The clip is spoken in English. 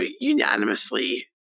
unanimously